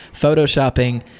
photoshopping